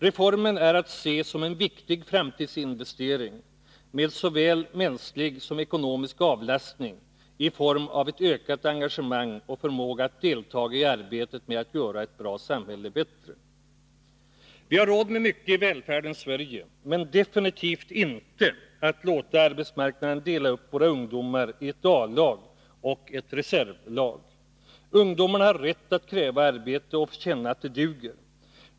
Reformen är att se som en viktig framtidsinvestering, innebärande såväl mänsklig som ekonomisk avlastning i form av ökat engagemang för och förmåga att deltaga i arbetet med att göra ett bra samhälle bättre. Vi har råd med mycket i välfärdens Sverige, men definitivt inte med att låta arbetsmarknaden dela upp våra ungdomar i ett A-lag och ett reservlag. Ungdomarna har rätt att kräva arbete och att få känna att de duger.